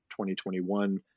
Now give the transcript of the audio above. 2021